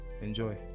Enjoy